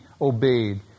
obeyed